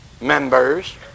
members